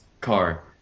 car